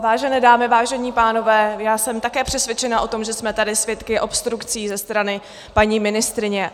Vážené dámy, vážení pánové, já jsem také přesvědčena o tom, že jsme tady svědky obstrukcí ze strany paní ministryně.